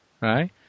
right